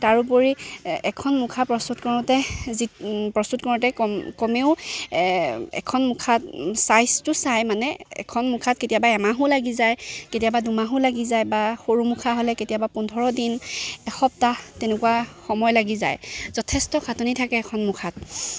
তাৰোপৰি এখন মুখা প্ৰস্তুত কৰোঁতে যি প্ৰস্তুত কৰোঁতে কম কমেও এখন মুখাত চাইজটো চাই মানে এখন মুখাত কেতিয়াবা এমাহো লাগি যায় কেতিয়াবা দুমাহো লাগি যায় বা সৰু মুখা হ'লে কেতিয়াবা পোন্ধৰ দিন এসপ্তাহ তেনেকুৱা সময় লাগি যায় যথেষ্ট খাটনি থাকে এখন মুখাত